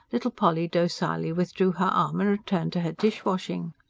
little polly docilely withdrew her arm and returned to her dishwashing.